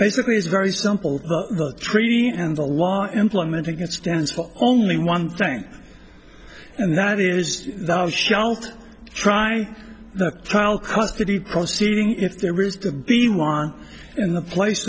basically is very simple the treaty and the law implementing it stands for only one thing and that is the shalt try the pile custody proceeding if there is to be one in the place